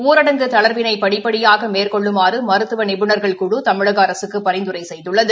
ஊரடங்கு தளா்வினை படிப்படியாக மேற்கொள்ளுமாறு மருத்துவர் நிபுணர்கள் குழு தமிழக அரசுக்கு பரிந்துரை செய்துள்ளது